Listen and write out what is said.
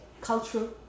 cultural